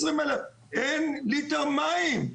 20,000. אין ליטר מים.